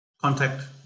contact